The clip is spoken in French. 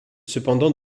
cependant